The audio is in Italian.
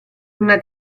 una